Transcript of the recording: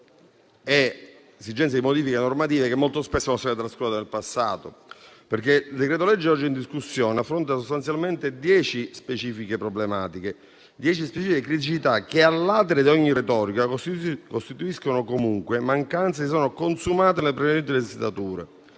esigenze di modifica normativa che molto spesso sono state trascurate in passato. Il decreto-legge oggi in discussione affronta sostanzialmente dieci specifiche problematiche, dieci specifiche criticità che, *a latere* di ogni retorica, costituiscono, comunque, mancanze che si sono consumate nelle precedenti legislature.